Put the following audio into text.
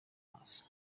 amaso